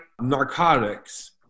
narcotics